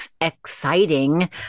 exciting